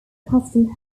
custom